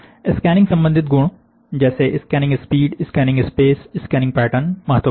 scanning संबंधित गुण जैसे स्कैनिंग स्पीड स्कैनिंग स्पेस और स्कैनिंग पैटर्न बहुत महत्वपूर्ण है